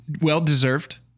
well-deserved